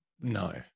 No